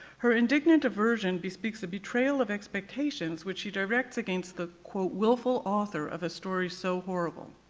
her indignant aversion bespeaks a betrayal of expectations which she directs against the willful author of a story so horrible.